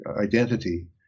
identity